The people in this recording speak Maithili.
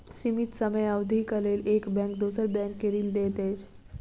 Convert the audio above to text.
सीमित समय अवधिक लेल एक बैंक दोसर बैंक के ऋण दैत अछि